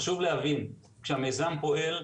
חשוב להבין שהמיזם פועל,